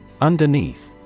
Underneath